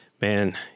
Man